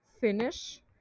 finish